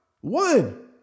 One